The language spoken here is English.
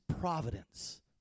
providence